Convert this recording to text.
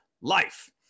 life